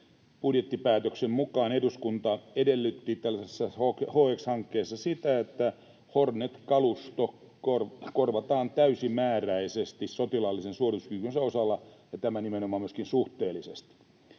budjettipäätöksen mukaan eduskunta edellytti tällaisessa HX-hankkeessa sitä, että Hornet-kalusto korvataan täysimääräisesti sotilaallisen suorituskykynsä osalta ja tämä nimenomaan myöskin suhteellisesti.